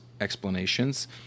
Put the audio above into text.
explanations